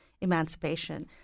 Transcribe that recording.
emancipation